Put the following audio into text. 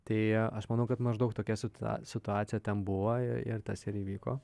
tai aš manau kad maždaug tokia situa situacija ten buvo ir tas ir įvyko